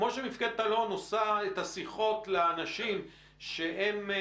כמו שמפקדת אלון עושה את השיחות לאנשים שעלו